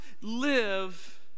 live